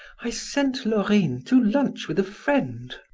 i sent laurine to lunch with a friend.